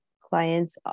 clients